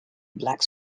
black